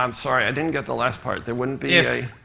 um sorry, i didn't get the last part. there wouldn't be a.